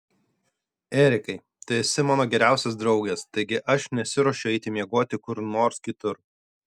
erikai tu esi mano geriausias draugas taigi aš nesiruošiu eiti miegoti kur nors kitur